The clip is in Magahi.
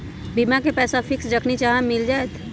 बीमा के पैसा फिक्स जखनि चाहम मिल जाएत?